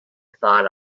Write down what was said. thought